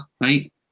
right